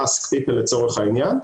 רוצה להתגייס מוקדם.